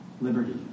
liberty